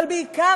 אבל בעיקר,